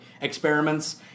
experiments